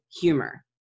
humor